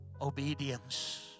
obedience